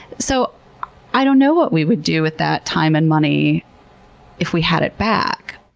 so i don't know what we would do with that time and money if we had it back.